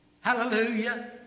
Hallelujah